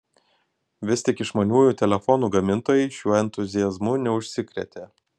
vis tik išmaniųjų telefonų gamintojai šiuo entuziazmu neužsikrėtė